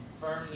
firmly